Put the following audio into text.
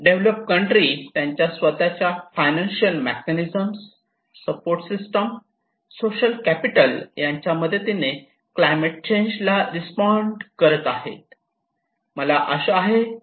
develop country त्यांच्या स्वतःच्या financial mechanism support system social capital यांच्या मदतीने क्लायमेट चेंज ला रिस्पोंड करत आहेत